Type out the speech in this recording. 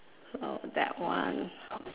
oh that one